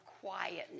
quietness